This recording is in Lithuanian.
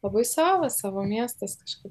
labai savas savo miestas kažkaip